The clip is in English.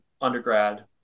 undergrad